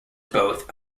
both